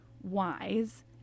wise